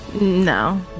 No